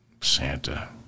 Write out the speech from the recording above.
Santa